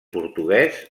portuguès